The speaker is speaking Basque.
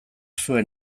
zuen